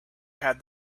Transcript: had